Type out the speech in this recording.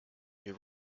your